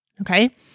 Okay